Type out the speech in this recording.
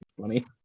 funny